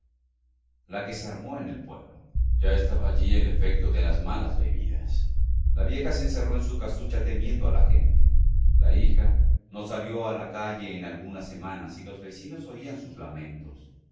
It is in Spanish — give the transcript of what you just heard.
la que se armó en el pueblo ya estaba allí el efecto de las malas bebidas la vieja se encerró en su casucha temiendo a la gente la hija no salió a la calle en algunas semanas y los vecinos oían sus lamentos